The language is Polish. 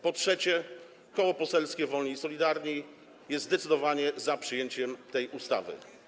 Po trzecie, Koło Poselskie Wolni i Solidarni jest zdecydowanie za przyjęciem tej ustawy.